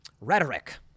rhetoric